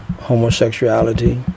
homosexuality